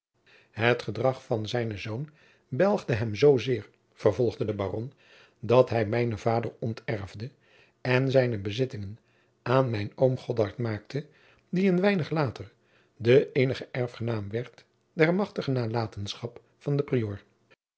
het gedrag van zijnen zoon belgde hem zoozeer vervolgde de baron dat hij mijnen vader onterfde en zijne bezittingen aan mijn oom godard maakte die een weinig later de eenige erfgenaam werd der machtige nalatenschap van den prior